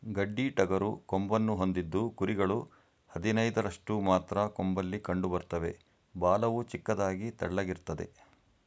ಗಡ್ಡಿಟಗರು ಕೊಂಬನ್ನು ಹೊಂದಿದ್ದು ಕುರಿಗಳು ಹದಿನೈದರಷ್ಟು ಮಾತ್ರ ಕೊಂಬಲ್ಲಿ ಕಂಡುಬರ್ತವೆ ಬಾಲವು ಚಿಕ್ಕದಾಗಿ ತೆಳ್ಳಗಿರ್ತದೆ